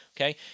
okay